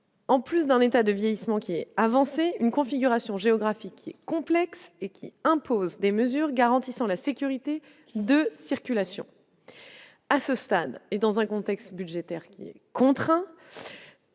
en plus d'un état de vieillissement qui est avancé une configuration géographique complexe et qui impose des mesures garantissant la sécurité de circulation à ce stade et dans un contexte budgétaire qui contraint